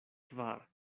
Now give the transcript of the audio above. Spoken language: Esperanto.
kvar